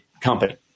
company